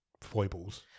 foibles